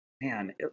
Man